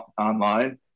online